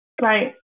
Right